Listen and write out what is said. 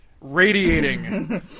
radiating